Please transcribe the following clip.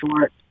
short